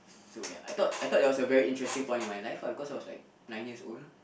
so ya I thought I thought that was a very interesting point in my life ah because I was like nine years old